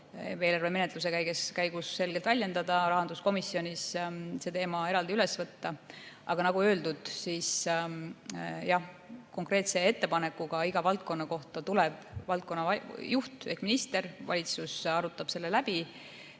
eelarve menetluse käigus selgelt väljendada, rahanduskomisjonis see teema eraldi üles võtta. Aga nagu öeldud, konkreetse ettepanekuga iga valdkonna kohta tuleb välja valdkonna juht ehk minister, valitsus arutab selle läbi